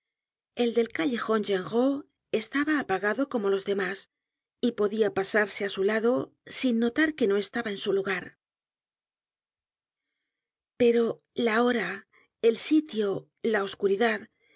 el del callejon genrot estaba apagado como los demás y podía pasarse á su lado sin notar que no estaba en su lugar pero lo hora el sitio la oscuridad